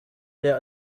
der